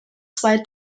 zwei